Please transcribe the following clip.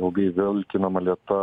ilgai vilkinama lėta